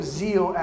zeal